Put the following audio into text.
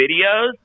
videos